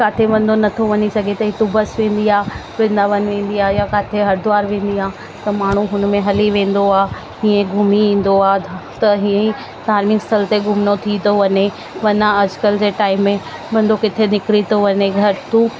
काथे बंदो नथो वञी सघे त हितां बस वेंदी आहे वृंदावन वेंदी आहे या काथे हरिद्वार वेंदी आहे त माण्हूं हुन में हली वेंदो आहे हीअं घुमी ईंदो आहे धा त हीअं ई धार्मिक स्थल ते घुमिणो थी थो वञे वरना अॼकल्ह जे टाइम में बंदो किथे निकिरी थो वञे घर तूं